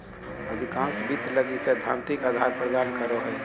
अधिकांश वित्त लगी सैद्धांतिक आधार प्रदान करो हइ